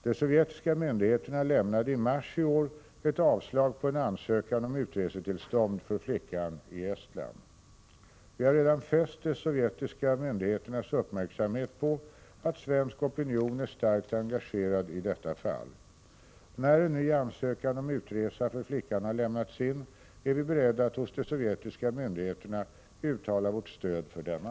De sovjetiska myndigheterna lämnade i mars i år ett avslag på en ansökan om utresetillstånd för flickan i Estland. Vi har redan fäst de sovjetiska myndigheternas uppmärksamhet på att svensk opinion är starkt engagerad i detta fall. När en ny ansökan om utresa för flickan har lämnats in är vi beredda att hos de sovjetiska myndigheterna uttala vårt stöd för denna.